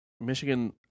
Michigan